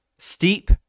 Steep